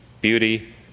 beauty